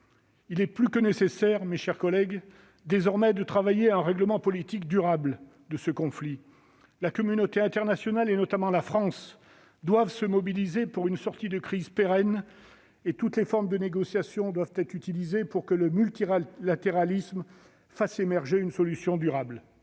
plus que nécessaire, mes chers collègues, de travailler à un règlement politique durable de ce conflit. La communauté internationale, et notamment la France, doit se mobiliser pour une sortie de crise pérenne, et toutes les formes de négociation doivent être utilisées pour que le multilatéralisme fasse émerger une solution durable.